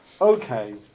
okay